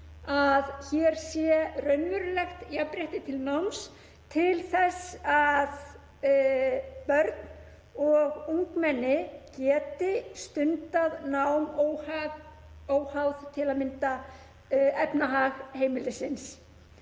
að hér sé raunverulegt jafnrétti til náms er að börn og ungmenni geti stundað nám óháð til að mynda efnahag heimilisins.